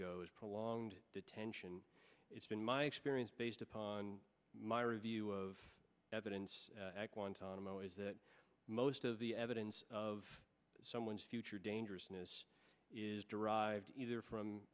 goes prolonged detention it's been my experience based upon my review of but in guantanamo is that most of the evidence of someone's future dangerousness is derived either from